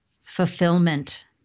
Fulfillment